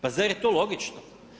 Pa zar je to logično?